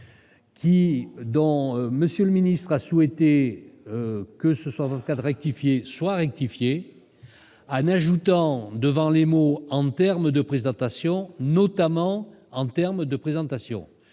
dont monsieur le ministre a souhaité que ce soit 20. Et puis soit rectifiée Anne ajoutant devant les mots en termes de présentation, notamment en termes de présentation,